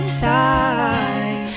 side